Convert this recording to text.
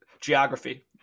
geography